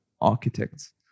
architects